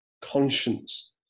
conscience